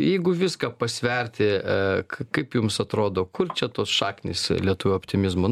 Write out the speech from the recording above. jeigu viską pasverti kaip jums atrodo kur čia tos šaknys lietuvių optimizmo